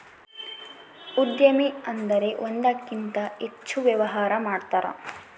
ಉದ್ಯಮಿ ಅಂದ್ರೆ ಒಂದಕ್ಕಿಂತ ಹೆಚ್ಚು ವ್ಯವಹಾರ ಮಾಡ್ತಾರ